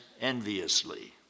enviously